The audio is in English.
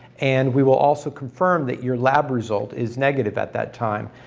and we will also confirm that your lab result is negative at that time,